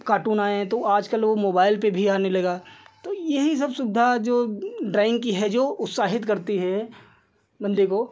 cartoon आए तो आजकल लोग मोबाइल पर भी आने लगा तो यही सब सुविधा जो ड्रॉइन्ग की हैं जो उत्साहित करती हैं बन्दे को